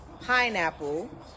pineapple